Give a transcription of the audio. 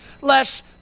less